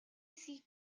эсэхийг